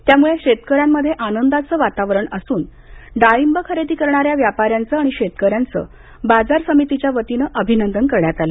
यामुळे शेतकऱ्यामध्ये आनंदाचं वातावरण असून डाळिंब खरेदी करणाऱ्या व्यापाऱ्यांचं आणि शेतकऱ्याचं बाजार समितीच्यावतीनं अभिनंदन करण्यात आलं